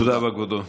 תודה רבה, כבודו.